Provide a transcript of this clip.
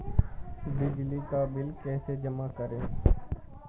बिजली का बिल कैसे जमा करें?